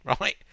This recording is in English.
right